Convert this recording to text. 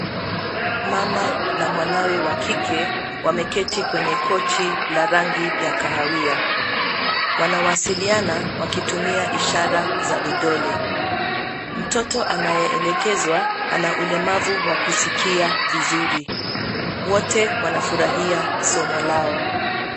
Mama na mwanawe wa kike wameketi kwenye kochi la rangi ya kahawia. Wanawasiliana wakitumia ishara za vidole. Mtoto anayeelekezwa ana ulemavu wa kusikia vizuri. Wote wanafurahia somo lao.